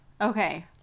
Okay